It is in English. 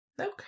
Okay